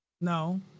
No